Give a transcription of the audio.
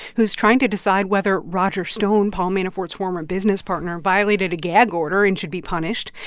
who's trying to decide whether roger stone, paul manafort's former business partner, violated a gag order and should be punished.